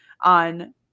on